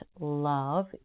love